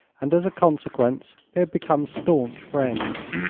and as a consequence they had become staunch friends.